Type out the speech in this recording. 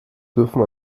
dürfen